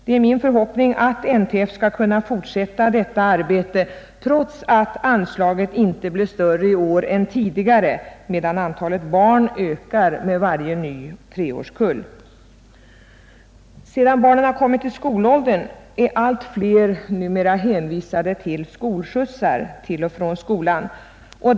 Det är min förhoppning att NTF skall kunna fortsätta detta arbete trots att anslaget inte blev större i år än tidigare, medan antalet barn ökar med varje ny kull treåringar. Av de barn som kommit upp i skolåldern är allt fler numera hänvisade till skolskjutsar till och från skolan.